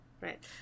right